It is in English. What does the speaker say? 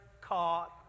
caught